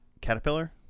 caterpillar